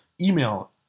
Email